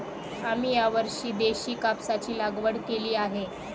आम्ही यावर्षी देशी कापसाची लागवड केली आहे